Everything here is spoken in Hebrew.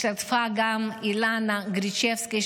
השתתפה גם אילנה גריצ'בסקי,